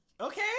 Okay